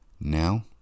Now